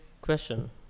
question